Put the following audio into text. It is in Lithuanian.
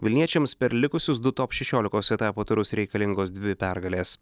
vilniečiams per likusius du top šešiolikos etapo turus reikalingos dvi pergalės